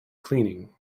cleaning